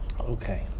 Okay